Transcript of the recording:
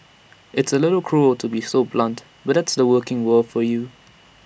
it's A little cruel to be so blunt but that's the working world for you